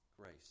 Grace